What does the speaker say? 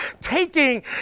taking